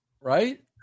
Right